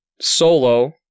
solo